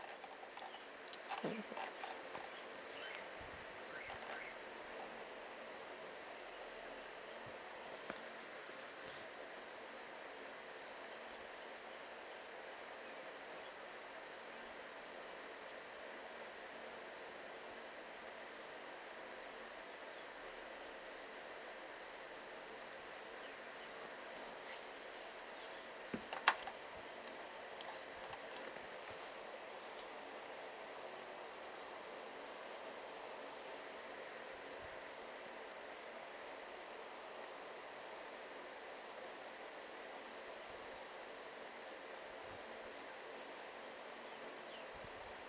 okay